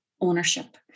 ownership